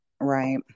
right